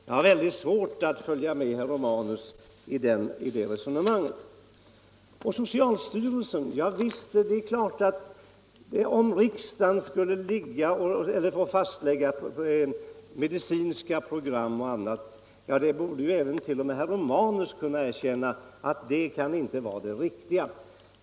Jag har väldigt svårt att följa herr 22 maj 1975 Romanus i det resonemanget. Att riksdagen skulle fastlägga medicinska program borde t.o.m. herr — Utbyggnad av Romanus kunna erkänna att det inte vore det riktiga.